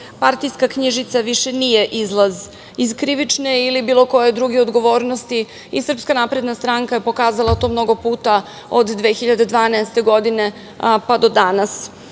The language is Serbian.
Partijska knjižica više nije izlaz iz krivične ili bilo koje druge odgovornosti. Srpska napredna stranka je pokazala to mnogo puta od 2012. godine, pa do danas,